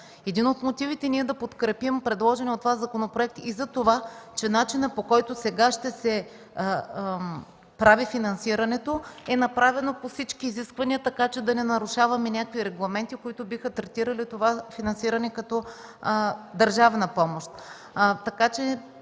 Един от мотивите да подкрепим предложения от Вас законопроект е и за това, че начинът, по който сега ще се прави финансирането, е направено по всички изисквания, така че да не нарушаваме някакви регламенти, които биха третирали това финансиране като държавна помощ.